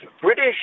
British